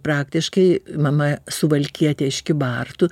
praktiškai mama suvalkietė iš kybartų